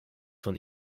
von